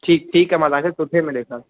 ठीकु ठीकु आहे मां तव्हांखे सुठे में ॾेखार